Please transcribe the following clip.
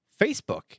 Facebook